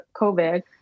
COVID